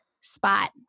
spot